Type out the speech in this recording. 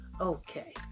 Okay